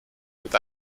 mit